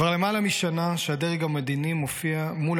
כבר למעלה משנה שהדרג המדיני מופיע מול